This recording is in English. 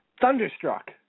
Thunderstruck